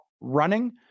running